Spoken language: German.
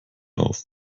auf